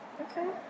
Okay